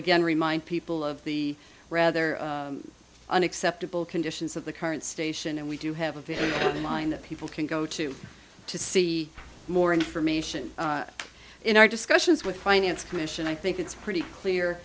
again remind people of the rather unacceptable conditions of the current station and we do have a very thin line that people can go to to see more information in our discussions with finance commission i think it's pretty clear